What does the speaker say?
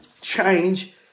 change